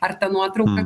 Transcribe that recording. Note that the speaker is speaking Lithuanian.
ar ta nuotrauka